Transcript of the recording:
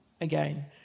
again